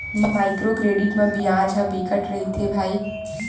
micro credit म बियाज ह बिकट रहिथे भई